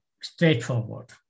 straightforward